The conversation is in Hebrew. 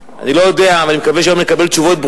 4461 ו-4463.